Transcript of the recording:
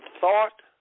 thought